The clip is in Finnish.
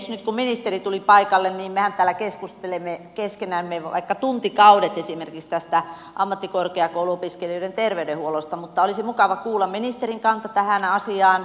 nyt kun ministeri tuli paikalle niin mehän täällä keskustelemme keskenämme vaikka tuntikaudet esimerkiksi tästä ammattikorkeakouluopiskelijoiden terveydenhuollosta mutta olisi mukava kuulla ministerin kanta tähän asiaan